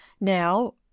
Now